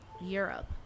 Europe